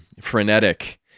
frenetic